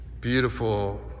beautiful